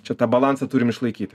čia tą balansą turim išlaikyti